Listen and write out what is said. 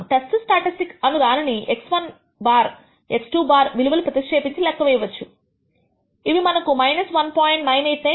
test statistics అను దానిని x̅1 x̅2 విలువలు ప్రతిక్షేపించి లెక్క వేయవచ్చు ఇవి మనకు 1